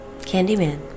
Candyman